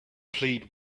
plead